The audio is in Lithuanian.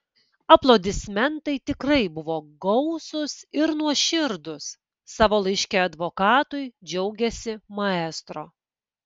aplodismentai tikrai buvo gausūs ir nuoširdūs savo laiške advokatui džiaugėsi maestro